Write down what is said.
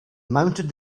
mounted